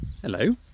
Hello